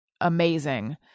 amazing